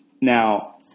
now